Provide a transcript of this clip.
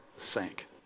sank